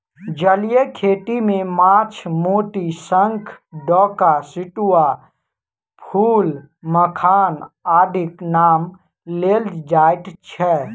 जलीय खेती मे माछ, मोती, शंख, डोका, सितुआ, फूल, मखान आदिक नाम लेल जाइत छै